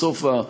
בסוף,